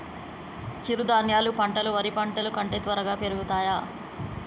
చిరుధాన్యాలు పంటలు వరి పంటలు కంటే త్వరగా పెరుగుతయా?